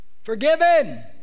Forgiven